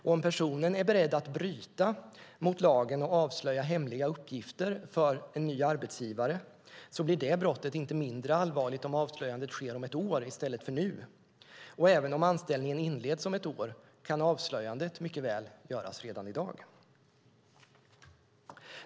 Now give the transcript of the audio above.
Om personen är beredd att bryta mot lagen och avslöja hemliga uppgifter för en ny arbetsgivare blir det brottet inte mindre allvarligt om avslöjandet sker om ett år i stället för nu, och även om anställningen inleds om ett år kan avslöjandet mycket väl göras redan i dag.